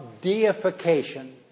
deification